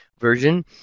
version